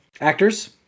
actors